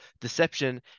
deception